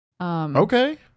Okay